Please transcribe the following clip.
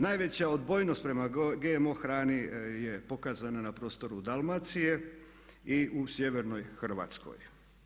Najveća odbojnost prema GMO hrani je pokazana na prostoru Dalmacije i u sjevernoj Hrvatskoj.